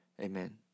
Amen